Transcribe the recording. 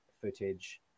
footage